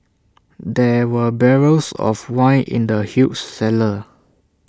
there were barrels of wine in the huge cellar